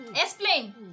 Explain